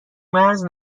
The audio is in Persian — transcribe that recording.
مرز